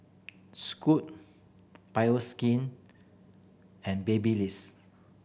Scoot Bioskin and Babyliss